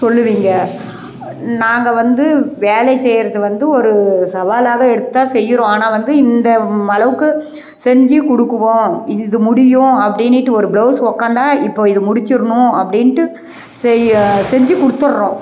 சொல்வீங்க நாங்கள் வந்து வேலை செய்கிறது வந்து ஒரு சவாலாக எடுத்துத்தான் செய்கிறோம் ஆனால் வந்து இந்த அளவுக்கு செஞ்சு கொடுக்குவோம் இது முடியும் அப்படினிட்டு ஒரு ப்ளவுஸ் உக்காந்தா இப்போ இது முடிச்சுர்ணும் அப்படின்ட்டு செய்ய செஞ்சு கொடுத்துர்றோம்